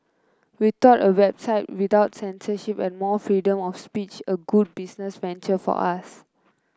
we thought a website without censorship and more freedom of speech a good business venture for us